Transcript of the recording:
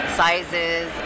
sizes